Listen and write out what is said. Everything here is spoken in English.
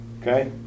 Okay